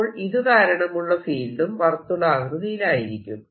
അപ്പോൾ ഇതുകാരണമുള്ള ഫീൽഡും വർത്തുളാകൃതിയിലായിരിക്കും